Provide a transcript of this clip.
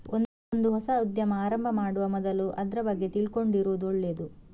ಒಂದು ಹೊಸ ಉದ್ಯಮ ಆರಂಭ ಮಾಡುವ ಮೊದ್ಲು ಅದ್ರ ಬಗ್ಗೆ ತಿಳ್ಕೊಂಡಿರುದು ಒಳ್ಳೇದು